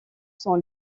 sont